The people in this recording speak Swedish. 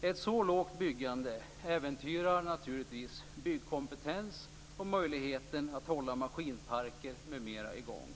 Ett så lågt byggande äventyrar naturligtvis byggkompetens och möjligheterna att hålla maskinparker m.m. i gång.